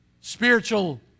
spiritual